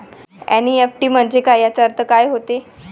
NEFT म्हंजे काय, त्याचा अर्थ काय होते?